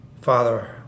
Father